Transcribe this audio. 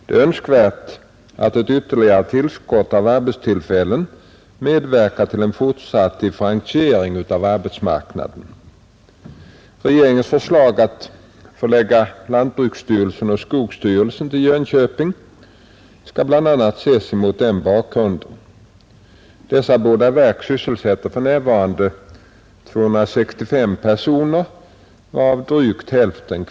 Det är önskvärt att ett ytterligare tillskott av 13 |> Torsdagen den relsen till Jönköping skall bl.a. ses mot denna bakgrund. Dessa båda verk